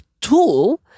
tool